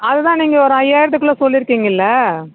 அது தான் நீங்கள் ஒரு ஐயாயிரத்துக்குள்ளே சொல்லிருக்கீங்கில்ல